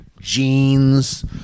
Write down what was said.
jeans